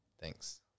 Thanks